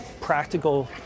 practical